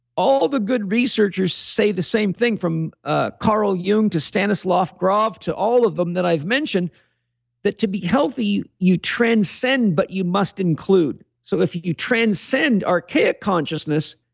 all the good researchers say the same thing from ah carl jung to stanislav grof, to all of them that i've mentioned that to be healthy, you transcend, but you must include. so if you you transcend our care consciousness,